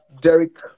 Derek